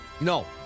No